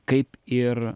kaip ir